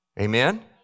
Amen